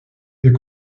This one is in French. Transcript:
est